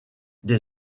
des